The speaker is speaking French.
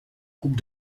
coupe